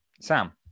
Sam